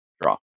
draw